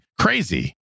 crazy